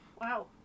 Wow